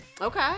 Okay